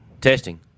Testing